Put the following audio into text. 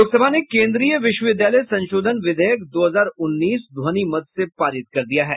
लोकसभा ने केंद्रीय विश्वविद्यालय संशोधन विधेयक दो हजार उन्नीस ध्वनिमत से पारित कर दिया है